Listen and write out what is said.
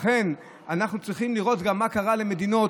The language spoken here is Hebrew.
לכן אנחנו צריכים לראות גם מה קרה במדינות